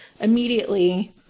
immediately